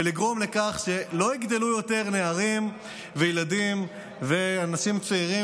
ולגרום לכך שלא יגדלו יותר נערים וילדים ואנשים צעירים